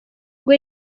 ubwo